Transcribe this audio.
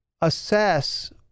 assess